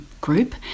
Group